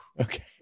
Okay